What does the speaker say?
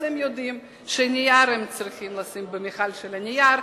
הם יודעים שנייר הם צריכים לשים במכל של הנייר,